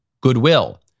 goodwill